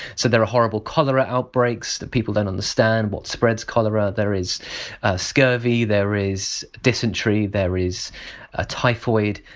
so there are horrible cholera outbreaks, people don't understand what spreads cholera there is scurvy, there is dysentery, there is ah typhoid.